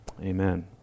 Amen